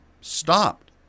stopped